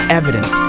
evident